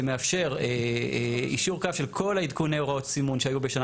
שמאפשר יישור קו של כל עדכוני הוראות סימון שהיו בשנה